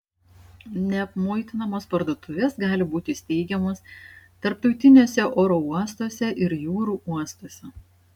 neapmuitinamos parduotuvės gali būti steigiamos tarptautiniuose oro uostuose ir jūrų uostuose